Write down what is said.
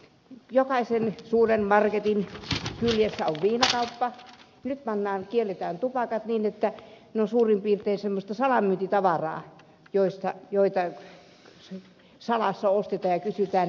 jokaisen suuren marketin kyljessä on viinakauppa ja nyt kielletään tupakat niin että ne ovat suurin piirtein sellaista salamyyntitavaraa jota salassa ostetaan ja kysytään